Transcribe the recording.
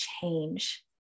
change